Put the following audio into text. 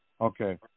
Okay